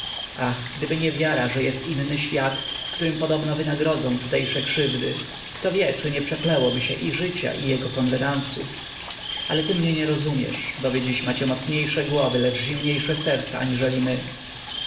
ach gdyby nie wiara że jest inny świat w którym podobno wynagrodzą tutejsze krzywdy kto wie czy nie przeklęłoby się i życia i jego konwenansów ale ty mnie nie rozumiesz bo wy dziś macie mocniejsze głowy lecz zimniejsze aniżeli my